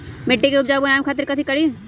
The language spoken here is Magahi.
मिट्टी के उपजाऊ बनावे खातिर का करी?